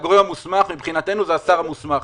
הגורם המוסמך הוא השר המוסמך.